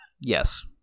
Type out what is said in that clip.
Yes